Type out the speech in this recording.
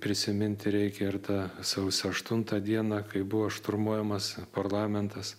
prisiminti reikia ir tą sausio aštuntą dieną kai buvo šturmuojamas parlamentas